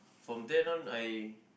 from then on I